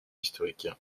historiques